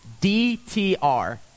DTR